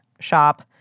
shop –